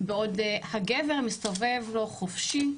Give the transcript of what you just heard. בעוד הגבר מסתובב לו חופשי.